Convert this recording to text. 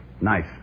Nice